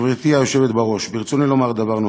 גברתי היושבת בראש, ברצוני לומר דבר נוסף: